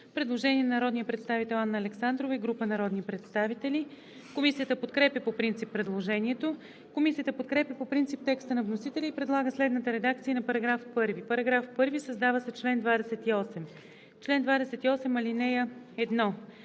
Предложение на народния представител Анна Александрова и група народни представители. Комисията подкрепя по принцип предложението. Комисията подкрепя по принцип текста на вносителя и предлага следната редакция на § 1: „§ 1. Създава се чл. 28: „Чл. 28. (1)